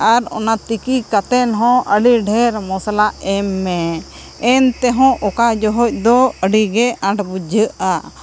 ᱟᱨ ᱚᱱᱟ ᱛᱤᱠᱤ ᱠᱟᱛᱮ ᱦᱚᱸ ᱟᱹᱰᱤ ᱰᱷᱮᱹᱨ ᱢᱚᱥᱞᱟ ᱮᱢ ᱢᱮ ᱮᱱ ᱛᱮ ᱦᱚᱸ ᱚᱠᱟ ᱡᱚᱦᱚᱜ ᱫᱚ ᱟᱹᱰᱤ ᱜᱮ ᱟᱸᱴ ᱵᱩᱡᱷᱟᱹᱜᱼᱟ